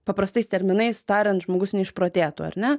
paprastais terminais tariant žmogus neišprotėtų ar ne